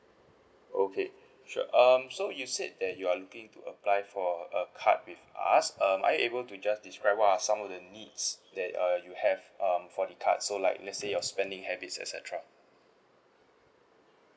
okay sure um so you said that you are looking to apply for a card with us um are you able to just describe what are some of the needs that uh you have um for the card so like let's say your spending habits et cetera